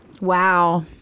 Wow